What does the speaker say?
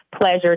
pleasure